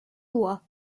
lois